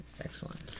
Excellent